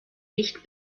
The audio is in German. nicht